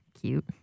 cute